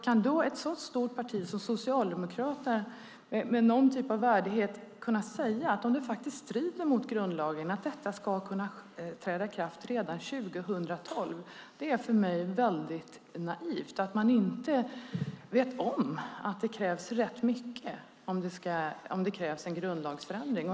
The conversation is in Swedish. Kan ett så stort parti som Socialdemokraterna med någon typ av värdighet, om detta faktiskt strider mot grundlagen, säga att det ska kunna träda i kraft redan 2012? Det är för mig väldigt naivt. Vet man inte om att det krävs rätt mycket om det krävs en grundlagsförändring?